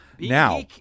Now